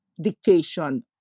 dictation